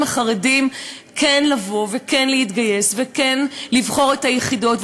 החרדים כן לבוא וכן להתגייס וכן לבחור את היחידות.